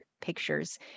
pictures